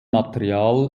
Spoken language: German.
material